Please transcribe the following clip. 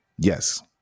Yes